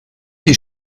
die